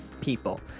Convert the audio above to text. people